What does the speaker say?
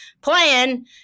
playing